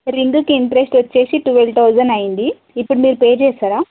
రింగ్కి interest వచ్చేసి twelve thousand అయ్యింది ఇప్పుడు మీరు పే చేస్తారా